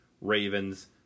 Ravens